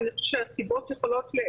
אני חושבת שהסיבות יכולות להיות,